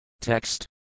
Text